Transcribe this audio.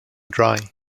dry